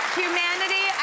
humanity